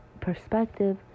perspective